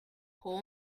pull